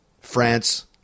France